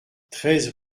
treize